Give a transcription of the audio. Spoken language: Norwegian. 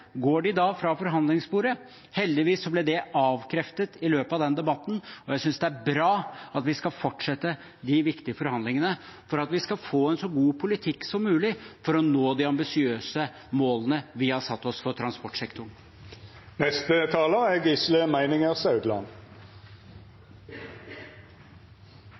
Går de da fra forhandlingsbordet? Heldigvis ble det avkreftet i løpet av den debatten, og jeg synes det er bra at vi skal fortsette de viktige forhandlingene for at vi skal få en så god politikk som mulig for å nå de ambisiøse målene vi har satt oss for